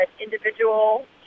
individual